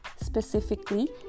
specifically